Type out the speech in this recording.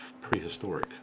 prehistoric